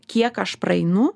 kiek aš praeinu